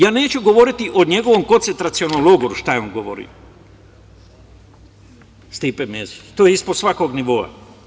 Ja neću govoriti o njegovom koncentracionom logoru šta je on govorio, Stipe Mesić, to je ispod svakog nivoa.